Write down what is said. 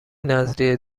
نذریه